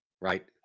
right